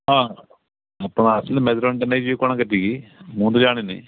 ହଁ ଆପଣ ଆସିଲେ ମେଜରମେଣ୍ଟଟା ନେଇ ଯିବେ କ'ଣ କେତିକି ମୁଁ ତ ଜାଣିନି